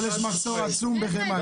עדיין יש מחסור חמור בחמאה.